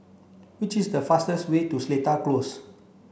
which is the fastest way to Seletar Close